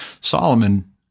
Solomon